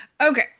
Okay